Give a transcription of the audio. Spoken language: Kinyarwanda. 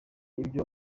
ibyo